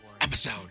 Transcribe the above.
episode